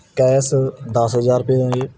cash ਦਸ ਹਜ਼ਾਰ ਰੁਪਏ ਆ ਜੀ